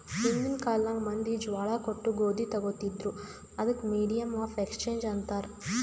ಹಿಂದಿನ್ ಕಾಲ್ನಾಗ್ ಮಂದಿ ಜ್ವಾಳಾ ಕೊಟ್ಟು ಗೋದಿ ತೊಗೋತಿದ್ರು, ಅದಕ್ ಮೀಡಿಯಮ್ ಆಫ್ ಎಕ್ಸ್ಚೇಂಜ್ ಅಂತಾರ್